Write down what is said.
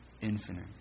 infinite